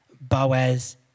Boaz